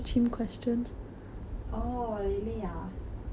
oh really ah கஷ்டமா இருக்கா:kashtamaa irukkaa